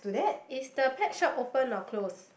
is the pet shop open or close